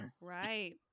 Right